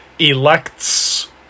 elects